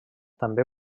també